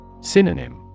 Synonym